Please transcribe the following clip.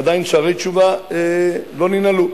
ועדיין שערי תשובה לא ננעלו.